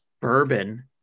bourbon